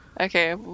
Okay